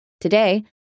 Today